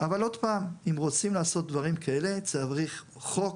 אבל עוד פעם, אם רוצים לעשות דברים כאלה צריך חוק